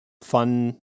fun